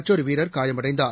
மற்றொருவீரர் காயமடைந்தார்